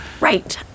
Right